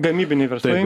gamybiniai verslai